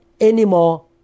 anymore